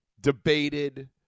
debated